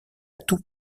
tout